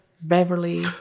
Beverly